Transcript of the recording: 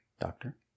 doctor